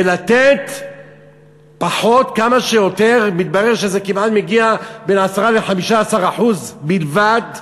ולתת פחות, מתברר שזה מגיע ל-10% 15% בלבד,